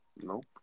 Nope